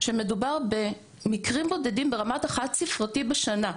שמדובר במקרים בודדים ברמת החד-ספרתי בשנה.